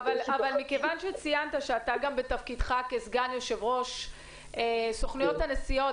מכיוון שציינת שאתה גם בתפקידך סגן יושב-ראש סוכנויות הנסיעות